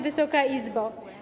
Wysoka Izbo!